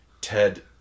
ted